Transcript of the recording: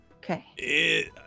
Okay